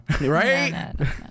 Right